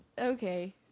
Okay